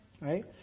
Right